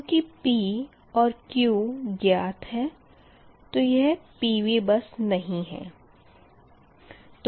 चूँकि P और Q ज्ञात है तो यह PV बस नही है